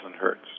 hertz